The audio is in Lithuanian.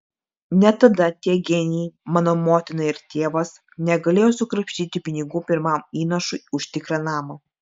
net tada tie genijai mano motina ir tėvas negalėjo sukrapštyti pinigų pirmam įnašui už tikrą namą